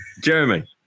Jeremy